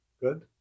Good